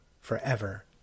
forever